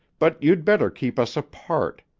but you'd better keep us apart.